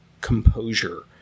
composure